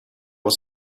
was